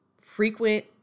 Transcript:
Frequent